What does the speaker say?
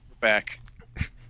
back